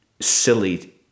silly